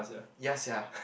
ya sia